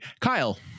Kyle